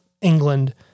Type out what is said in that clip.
England